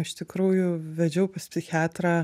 iš tikrųjų vedžiau pas psichiatrą